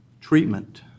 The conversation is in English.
treatment